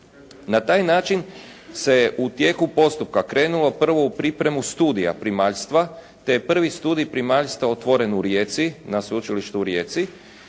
Na taj način se u tijeku postupka krenulo prvo u pripremu studija primaljstva te je prvi studij primaljstva otvoren u Rijeci, na Sveučilištu u Rijeci.